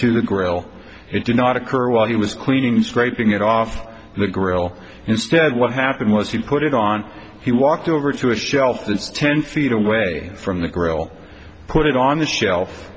the grill it did not occur while he was cleaning scraping it off the grill instead what happened was he put it on he walked over to a shelf ten feet away from the grill put it on the shelf